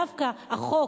דווקא החוק,